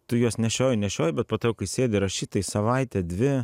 tu juos nešioji nešioji bet po to jau kai sėdi rašyt tai savaitė dvi